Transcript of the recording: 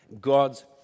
God's